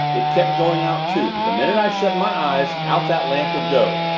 it kept going out, too the minute i shut my eyes out that lamp would go.